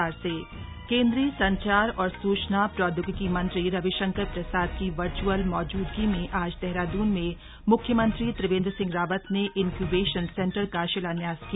incubation centre केंद्रीय संचार और सूचना प्रौद्योगिकी मंत्री रविशंकर प्रसाद की वर्च्अल मौजूदगी में आज देहरादून में म्ख्यमंत्री त्रिवेंद्र सिंह रावत ने इन्क्यूबेशन सेंटर का शिलान्यास किया